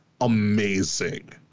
amazing